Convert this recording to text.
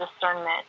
discernment